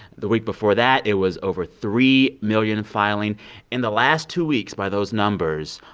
the week before that, it was over three million filing in the last two weeks, by those numbers,